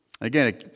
Again